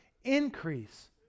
increase